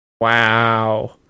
Wow